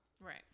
Right